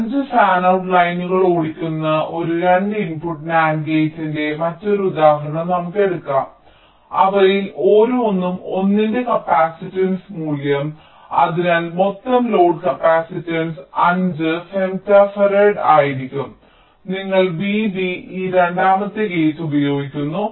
5 fanout ലൈനുകൾ ഓടിക്കുന്ന ഒരു 2 ഇൻപുട്ട് NAND ഗേറ്റിന്റെ മറ്റൊരു ഉദാഹരണം നമുക്ക് എടുക്കാം അതിനാൽ അവയിൽ ഓരോന്നും 1 ന്റെ കപ്പാസിറ്റൻസ് മൂല്യം അതിനാൽ മൊത്തം ലോഡ് കപ്പാസിറ്റൻസ് 5 ഫെംറ്റോഫാരഡ് ആയിരിക്കും നിങ്ങൾ vB ഈ രണ്ടാമത്തെ ഗേറ്റ് ഉപയോഗിക്കുന്നു